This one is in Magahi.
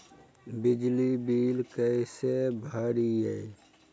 बिजली बिल कैसे भरिए?